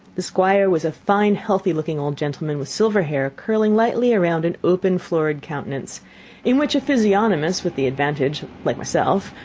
the squire was a fine, healthy-looking old gentleman, with silver hair curling lightly round an open, florid countenance in which a physiognomist, with the advantage, like myself,